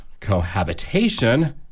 cohabitation